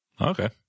Okay